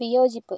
വിയോജിപ്പ്